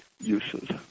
uses